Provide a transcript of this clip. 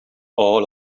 all